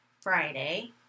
Friday